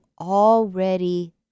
already